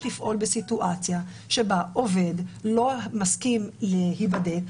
לפעול בסיטואציה בה עובד לא מסכים להיבדק.